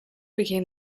became